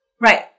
Right